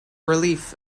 relief